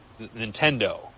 Nintendo